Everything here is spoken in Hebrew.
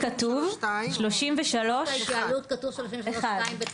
כתוב 33(1). בחוק ההתייעלות כתוב 33(2) בטעות,